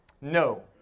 No